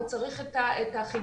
הוא צריך את החיבוק,